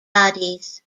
bodies